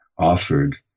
Offered